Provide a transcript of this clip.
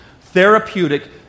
Therapeutic